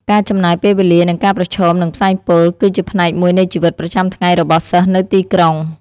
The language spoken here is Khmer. ការចំណាយពេលវេលានិងការប្រឈមនឹងផ្សែងពុល គឺជាផ្នែកមួយនៃជីវិតប្រចាំថ្ងៃរបស់សិស្សនៅទីក្រុង។